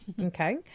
Okay